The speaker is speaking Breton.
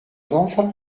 zañsal